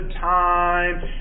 time